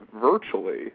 virtually